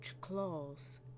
claws